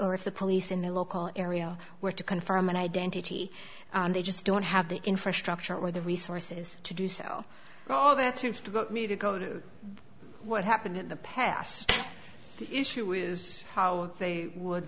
or if the police in the local area were to confirm an identity they just don't have the infrastructure or the resources to do sell all their tunes to me to go to what happened in the past the issue is how they would